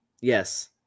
Yes